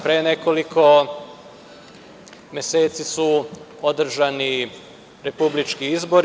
Pre nekoliko meseci su održani republički izbori.